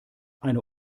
eine